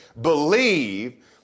Believe